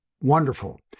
wonderful